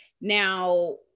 Now